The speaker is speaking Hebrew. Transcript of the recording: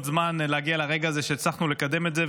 זמן להגיע לרגע הזה שהצלחנו לקדם את זה,